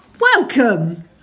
welcome